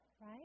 right